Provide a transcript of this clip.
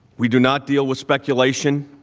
we do not deal with speculation,